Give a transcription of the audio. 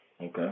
Okay